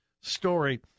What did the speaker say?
story